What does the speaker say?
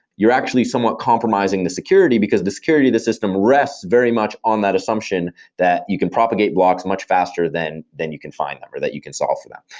you're actually somewhat compromising the security, because the security of the system rests very much on that assumption that you can propagate blocks much faster than than you can find them or that you can solve for them.